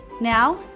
Now